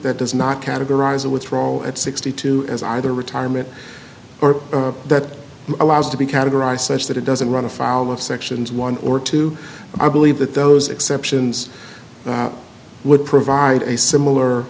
that does not categorize a withdrawal at sixty two as either retirement or that allows to be categorized such that it doesn't run afoul of sections one or two i believe that those exceptions would provide a similar